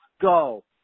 go